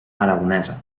aragonesa